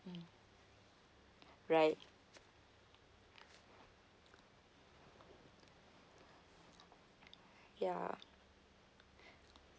right ya